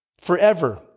forever